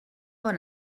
bon